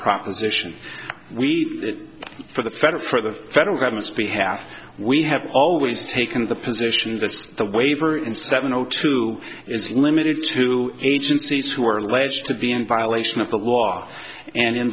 proposition we for the federal for the federal government's behalf we have always taken the position that the waiver in seven o two is limited to agencies who are alleged to be in violation of the law and in